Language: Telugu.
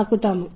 కలిగిస్తుంది